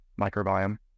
microbiome